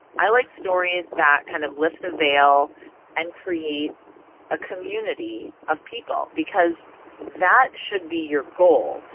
i like stories that kind of lift the veil and creates a community of people because that should be your goal.